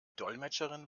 dolmetscherin